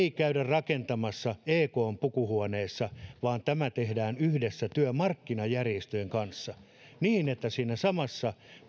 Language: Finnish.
rakentamassa ekn pukuhuoneessa vaan tämä tehdään yhdessä työmarkkinajärjestöjen kanssa niin että siinä samassa